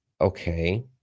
Okay